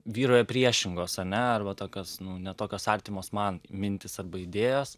vyrauja priešingos ane arba tokios nu ne tokios artimos man mintys arba idėjos